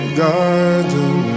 garden